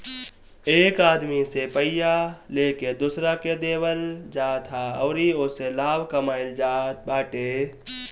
एक आदमी से पइया लेके दोसरा के देवल जात ह अउरी ओसे लाभ कमाइल जात बाटे